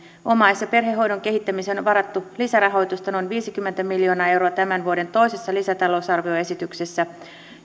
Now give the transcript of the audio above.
omais ja perhehoidon kehittämiseen on varattu lisärahoitusta noin viisikymmentä miljoonaa euroa tämän vuoden toisessa lisätalousarvioesityksessä